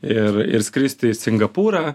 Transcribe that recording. ir ir skristi į singapūrą